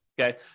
okay